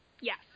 Yes